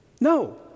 No